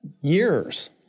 years